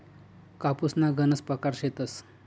कापूसना गनज परकार शेतस